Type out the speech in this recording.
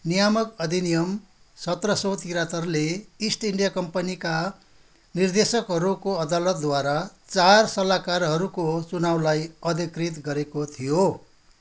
नियामक अधिनियम सत्र सौ त्रिहत्तरले इस्ट इण्डिया कम्पनीका निर्देशकहरूको अदालतद्वारा चार सल्लाहकारहरूको चुनावलाई अधिकृत गरेको थियो